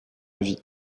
vie